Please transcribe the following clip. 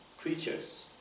preachers